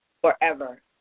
forever